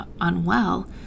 unwell